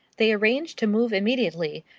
they arranged to move immediately,